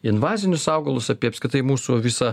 invazinius augalus apie apskritai mūsų visą